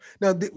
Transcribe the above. Now